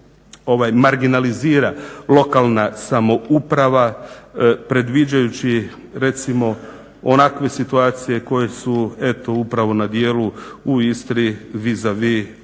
marginalizira lokalna samouprava, predviđajući recimo onakve situacije koje su eto upravo na djelu u Istri vis a vis